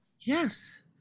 Yes